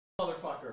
motherfucker